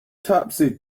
topsy